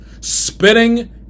Spitting